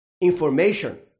Information